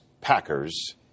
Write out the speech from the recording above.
Packers